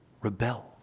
rebel